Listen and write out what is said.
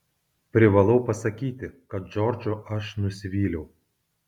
privalau pasakyti kad džordžu aš nusivyliau